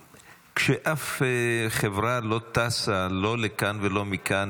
כשאף חברה לא טסה לא לכאן ולא מכאן,